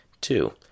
Two